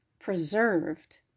preserved